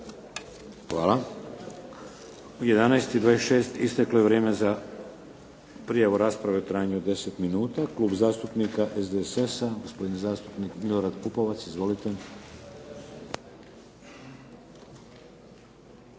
Hvala. U 11,26 isteklo je vrijeme za prijavu rasprave u trajanju od 10 minuta. Klub zastupnika SDSS-a, gospodin zastupnik Milorad Pupovac. Izvolite.